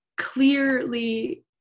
clearly